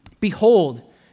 Behold